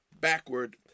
backward